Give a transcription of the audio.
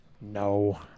No